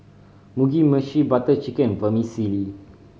Mugi Meshi Butter Chicken Vermicelli